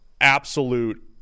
absolute